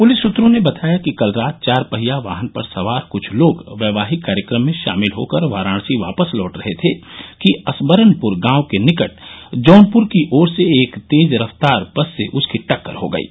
police सूत्रों ने बताया कि कल रात चारपहिया वाहन पर सवार कुछ लोग वैवाहिक कार्यक्रम में शामिल होकर वाराणसी वापस लौट रहे थे कि असबरनपुर गांव के निकट जौनपुर की ओर से एक तेज रफ्तार बस से उसकी टक्कर हो गयी